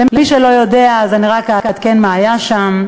למי שלא יודע, אז אני רק אעדכן מה היה שם.